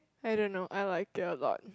I don't know I like it a lot